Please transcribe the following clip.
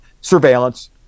surveillance